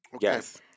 Yes